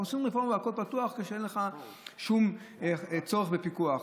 עושים רפורמה שהכול פתוח כשאין שום צורך בפיקוח.